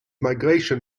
migration